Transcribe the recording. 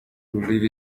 leave